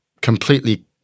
completely